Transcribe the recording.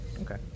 Okay